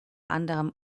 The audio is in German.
anderem